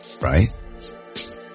Right